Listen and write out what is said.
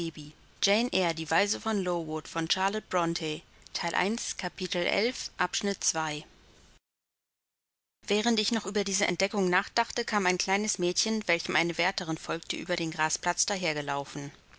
während ich noch über diese entdeckung nachdachte kam ein kleines mädchen welchem eine wärterin folgte über den grasplatz